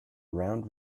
round